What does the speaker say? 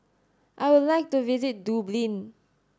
I would like to visit Dublin